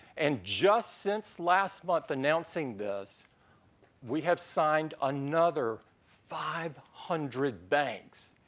and just since last month announcing this we have signed another five hundred banks.